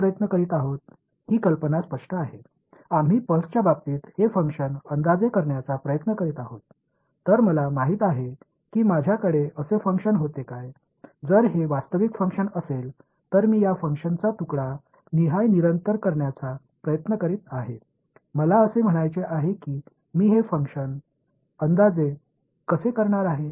எனவே எனக்கு இது போன்ற ஒரு செயல்பாடு இருந்ததா என்பது உங்களுக்குத் தெரியும் இது உண்மையான செயல்பாடு என்றால் இந்த செயல்பாட்டை ஒரு துல்லியமான தோராயமான தோராயமாக்க முயற்சிக்கிறேன் எனது செயல்பாட்டை நான் எப்படி தோராயமாக மதிப்பிடப் போகிறேன் என்று சொல்லப் போகிறேன்